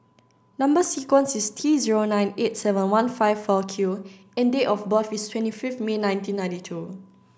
number sequence is T zero nine eight seven one five four Q and date of birth is twenty fifth May nineteen ninety two